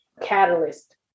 Catalyst